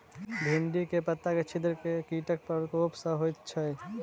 भिन्डी केँ पत्ता मे छेद केँ कीटक प्रकोप सऽ होइ छै?